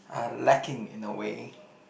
are lacking in a way